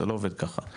זה לא עובד ככה.